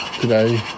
today